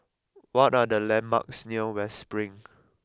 what are the landmarks near West Spring